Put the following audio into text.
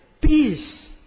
peace